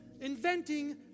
inventing